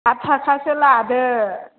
आद थाखासो लादो